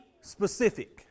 specific